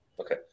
Okay